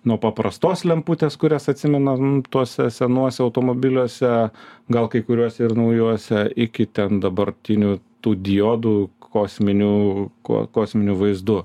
nuo paprastos lemputės kurias atsimenam tuose senuose automobiliuose gal kai kuriuose ir naujuose iki ten dabartinių tų diodų kosminių kuo kosminiu vaizdu